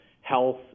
health